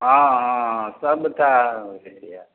हँ हँ हँ सबटा बुझलियै